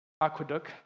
aqueduct